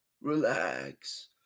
Relax